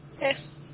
Yes